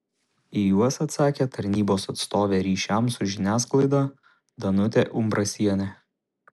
į juos atsakė tarnybos atstovė ryšiams su žiniasklaida danutė umbrasienė